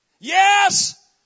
Yes